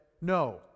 no